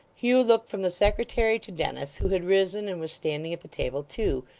hugh looked from the secretary to dennis, who had risen and was standing at the table too,